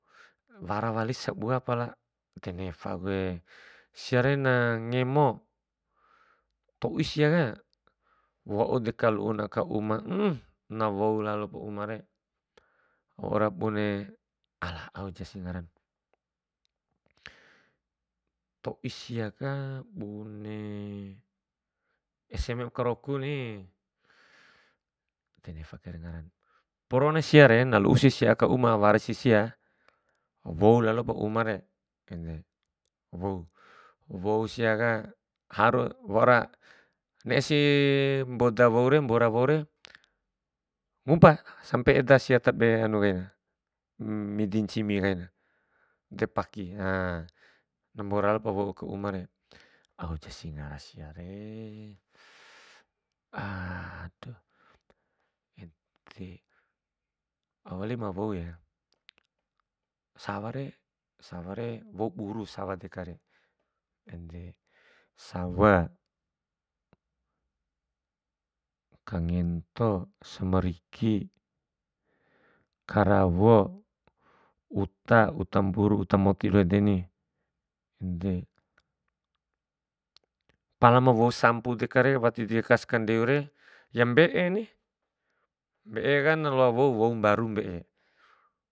Wara walis sabua pala de newakue, siare na ngemo, toi siaka, wau deka ulun aka uma, um na wou lalop umare, waura bune, ala au jasi ngaran. To'i siaka bune ese mai ba karoku ni, ede nefa kai ngaran. Poron siare na lu'usi sia aka uma, wara si sia, wou lalop umare, ede wou, wou siaka waura ne'e si mboda, mbora woure, ngupa sampe eda sia tabe hanu kain, midi ncimi kaina, de paki a, na mbora lalop wou aka umare. Au jasi ngara siare ede, au wali ma wou ya, saware, saware wou buru sawa dekare. Ede, sawa, kangento, samriki, karawo, uta, uta mboro uta moti doho edeni'de. Pala ma wou sampu dekare wati dekas kandeure ya mbe'eni, mbe'e kan na loa wou, wou mboru mbe'e.